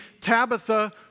Tabitha